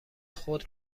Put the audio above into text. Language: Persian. خود